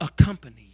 accompany